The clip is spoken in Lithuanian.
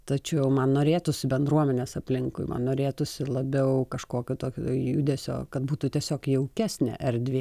tačiau man norėtųsi bendruomenės aplinkui man norėtųsi labiau kažkokio tokio judesio kad būtų tiesiog jaukesnė erdvė